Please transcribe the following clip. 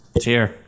Cheers